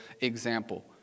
example